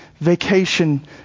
vacation